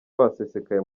basesekaye